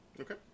Okay